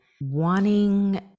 wanting